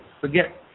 forget